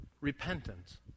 Repentance